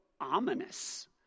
ominous